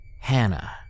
Hannah